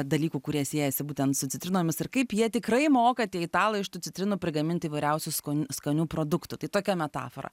dalykų kurie siejasi būtent su citrinomis ir kaip jie tikrai moka tie italai iš tų citrinų prigaminti įvairiausių skon skanių produktų tai tokia metafora